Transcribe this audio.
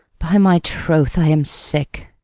by my troth, i am sick.